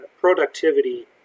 productivity